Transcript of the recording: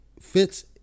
fits